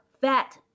fat